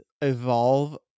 evolve